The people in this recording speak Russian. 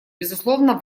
безусловно